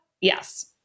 Yes